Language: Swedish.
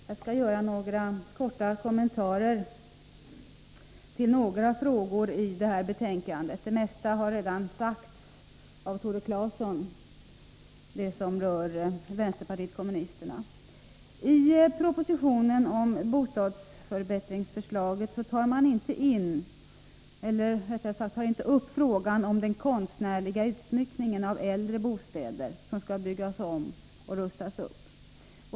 Herr talman! Jag skall kort kommentera några punkter i betänkandet. Tore Claeson har redan sagt det mesta. I propositionen om bostadsförbättringsprogrammet tar man inte upp frågan om den konstnärliga utsmyckningen av de äldre bostäder som skall byggas om och rustas upp.